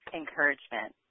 encouragement